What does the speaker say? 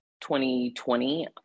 2020